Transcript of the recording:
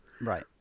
Right